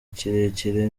kirekire